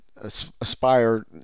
Aspire